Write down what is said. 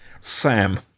Sam